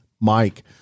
Mike